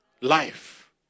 life